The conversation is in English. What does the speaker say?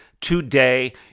today